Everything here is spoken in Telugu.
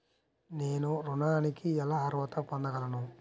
నేను ఋణానికి ఎలా అర్హత పొందగలను?